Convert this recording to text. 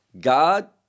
god